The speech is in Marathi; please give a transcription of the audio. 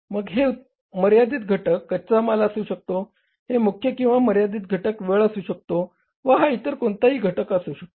मग हे मर्यादित घटक कच्चा माल असू शकतो हे मुख्य किंवा मर्यादित घटक वेळ असू शकतो व हा इतर कोणताही घटक असू शकतो